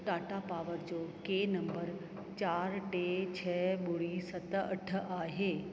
Tata Power जो के number चारि टे छह ॿुड़ी सत अठ आहे